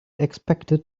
expected